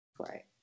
Right